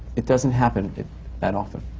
it doesn't happen that often.